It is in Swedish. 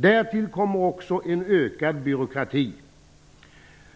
Därtill kommer också en ökad byråkrati.